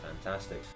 fantastic